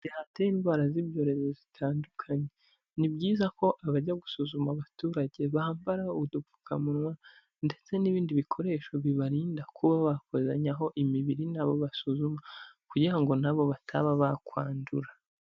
Bibatera indwara z'ibyorezo zitandukanye. Ni byiza ko abajya gusuzuma abaturage bambara udupfukamunwa ndetse n'ibindi bikoresho bibarinda kuba bakozanyaho imibiri n'abo basuzuma kugira ngo nabo bataba bakwandura.